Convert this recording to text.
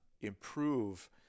improve